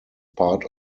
part